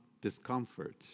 discomfort